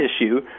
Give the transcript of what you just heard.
issue